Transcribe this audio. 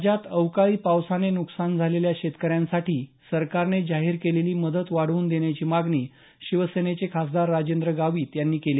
राज्यात अवकाळी पावसाने नुकसान झालेल्या शेतकऱ्यांसाठी सरकारने जाहीर केलेली मदत वाढवून देण्याची मागणी शिवसेनेचे खासदार राजेंद्र गावीत यांनी केली